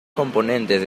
componentes